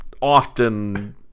often